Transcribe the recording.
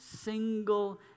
single